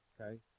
okay